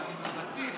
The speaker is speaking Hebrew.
רציף,